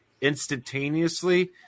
instantaneously